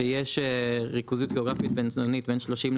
שיש ריכוזיות גיאוגרפית בינונית בן 30%